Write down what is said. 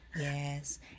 Yes